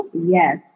Yes